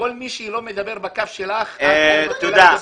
מי שלא מדבר בקו שלך, את לא מקבלת.